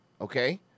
Okay